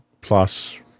plus